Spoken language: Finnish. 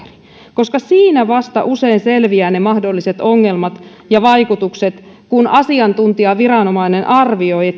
koska siinä vasta usein selviävät ne mahdolliset ongelmat ja vaikutukset kun asiantuntijaviranomainen arvioi